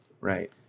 right